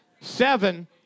Seven